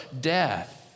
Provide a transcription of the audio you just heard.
death